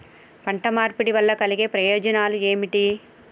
పంట మార్పిడి వల్ల కలిగే ప్రయోజనాలు ఏమిటి?